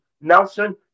Nelson